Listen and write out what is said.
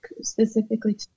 specifically